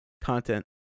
content